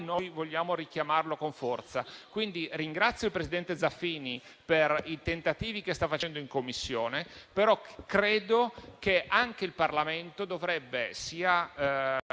vogliamo richiamarlo con forza. Ringrazio il presidente Zaffini per i tentativi che sta facendo in Commissione, però credo che anche il Parlamento, sia